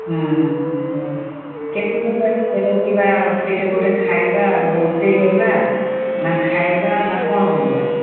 ହୁଁ ହଉ କେମିତି ସେଇଠି କୋଉଠି ଖାଇବା ରୋଷେଇ କରିବା ନା ଖାଇବା କ'ଣ କରିବା